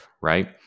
right